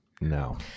No